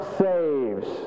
saves